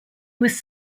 was